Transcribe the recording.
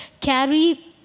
carry